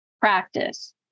practice